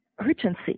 urgency